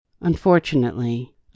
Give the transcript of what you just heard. Unfortunately